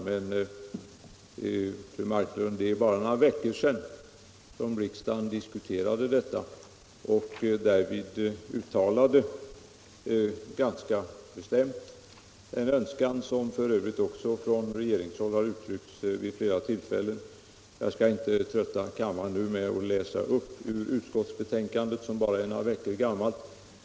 Men, fru Marklund, för bara några veckor sedan diskuterade riksdagen denna fråga och uttalade därvid ganska bestämt en önskan, som f. ö. också från regeringshåll har uttryckts vid flera tillfällen. Jag skall inte nu trötta kammaren med att läsa ur utskottsbetänkandet, som bara är några veckor gammalt.